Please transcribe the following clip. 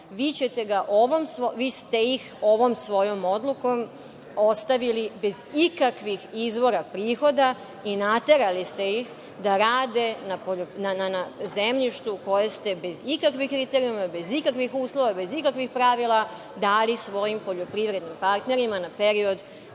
obrađuje ga. Vi ste ih ovom svojom odlukom ostavili bez ikakvih izvora prihoda i naterali ste ih da rade na zemljištu koje ste bez ikakvih kriterijuma, bez ikakvih uslova, bez ikakvih pravila dali svojim poljoprivrednim parterima na period